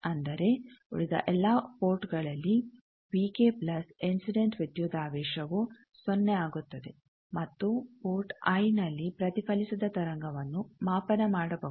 ಅಂದರೆ ಉಳಿದ ಎಲ್ಲಾ ಪೋರ್ಟ್ಗಳಲ್ಲಿ ವಿ ಕೆ ಪ್ಲಸ್ ಇನ್ಸಿಡೆಂಟ್ ವಿದ್ಯುದಾವೇಶವು ಸೊನ್ನೆ ಆಗುತ್ತದೆ ಮತ್ತು ಪೋರ್ಟ್ ಐ ನಲ್ಲಿ ಪ್ರತಿಫಲಿಸಿದ ತರಂಗವನ್ನು ಮಾಪನ ಮಾಡಬಹುದು